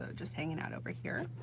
ah just hanging out over here.